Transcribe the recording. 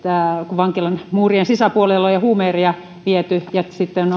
vankilan muurien sisäpuolelle on jo huume eriä viety sitten